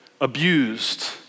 abused